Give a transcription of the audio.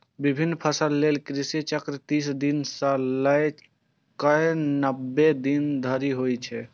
विभिन्न फसल लेल कृषि चक्र तीस दिन सं लए कए नब्बे दिन धरि होइ छै